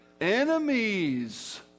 enemies